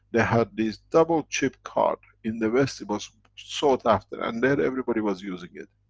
they had these double chip cards, in the west it was sought after and there everybody was using it.